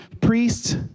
priests